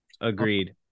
agreed